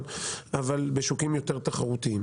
אבל בשווקים יותר תחרותיים.